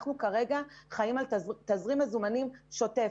אנחנו זקוקים לתזרים מזומנים שוטף.